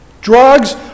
drugs